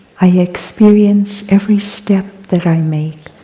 i experience every step that i make.